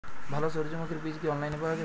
ভালো সূর্যমুখির বীজ কি অনলাইনে পাওয়া যায়?